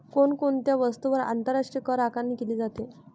कोण कोणत्या वस्तूंवर आंतरराष्ट्रीय करआकारणी केली जाते?